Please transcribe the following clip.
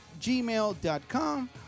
gmail.com